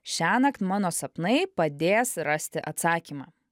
šiąnakt mano sapnai padės rasti atsakymą